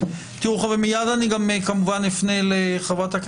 אני אומר, מבלי לקבוע מסמרות,